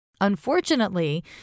unfortunately